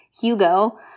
Hugo